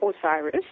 Osiris